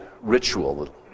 ritual